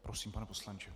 Prosím, pane poslanče.